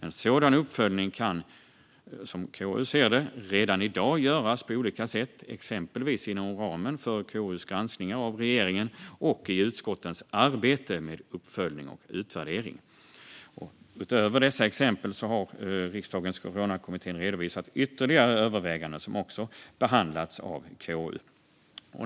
En sådan uppföljning kan, som KU ser det, redan i dag göras på olika sätt, exempelvis inom ramen för KU:s granskningar av regeringen och i utskottens arbete med uppföljning och utvärdering. Utöver dessa exempel har Riksdagens coronakommitté redovisat ytterligare överväganden som också behandlats av KU.